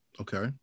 Okay